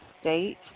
state